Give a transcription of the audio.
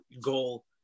goal